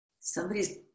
somebody's